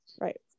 Right